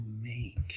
make